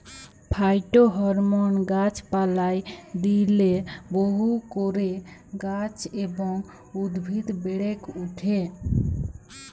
phytohormone গাছ পালায় দিইলে বহু করে গাছ এবং উদ্ভিদ বেড়েক ওঠে